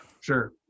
Sure